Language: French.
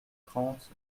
trente